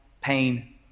pain